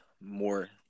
more